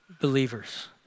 believers